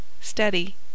steady